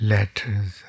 Letters